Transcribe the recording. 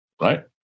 right